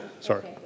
Sorry